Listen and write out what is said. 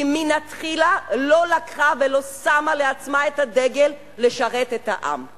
מלכתחילה לא לקחה ולא שמה לעצמה את הדגל לשרת את העם.